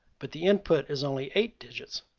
but the input is only eight digits,